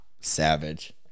Savage